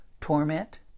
torment